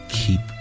keep